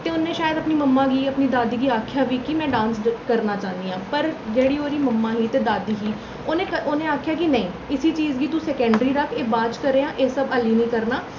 ते उन्नै शायद अपनी मम्मा गी अपनी दादी गी आखेआ बी कि मैं डांस करना चाहन्नी आं पर जेह्ड़ी ओह्दी मम्मा ही ते दादी ही उनें उनें आखेआ कि नेईं इसी चीज गी तूं सकैंडरी रक्ख एह् बाद च करेआं एह् अजें नेईं करना